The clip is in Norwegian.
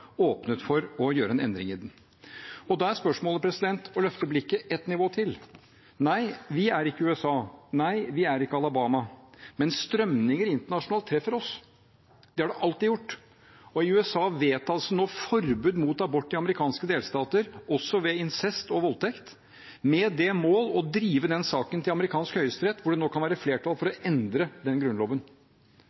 åpnet for å gjøre en endring i den. Da er det spørsmål om å løfte blikket ett nivå til. Nei, vi er ikke USA, vi er ikke Alabama, men strømninger internasjonalt treffer oss. Det har de alltid gjort. Og i USA vedtas det nå forbud mot abort i amerikanske delstater også ved incest og voldtekt, med det mål å drive saken til amerikansk høyesterett, hvor det nå kan være flertall for å endre grunnloven.